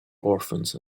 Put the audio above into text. orphans